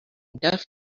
def